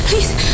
Please